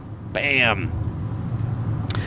bam